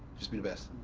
just be the best.